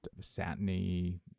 satiny